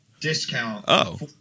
discount